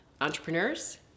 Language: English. entrepreneurs